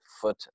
foot